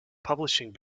publishing